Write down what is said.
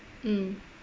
mm